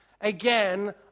again